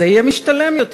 זה יהיה משתלם יותר,